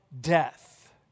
death